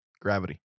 gravity